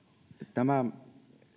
tämä